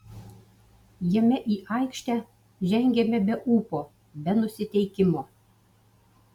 jame į aikštę žengėme be ūpo be nusiteikimo